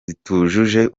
zitujuje